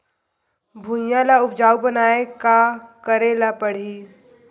भुइयां ल उपजाऊ बनाये का करे ल पड़ही?